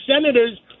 senators